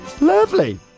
Lovely